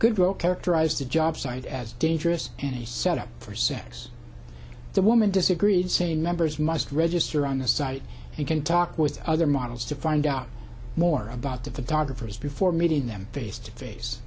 good girl characterized the jobsite as dangerous and he set up for sex the woman disagreed saying members must register on the site and can talk with other models to find out more about the photographers before meeting them face to face